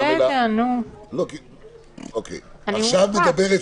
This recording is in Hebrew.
אדוני, אני מבקשת